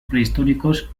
prehistóricos